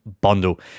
bundle